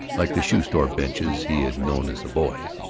like the shoe-store benches he had known as a boy.